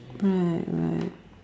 right right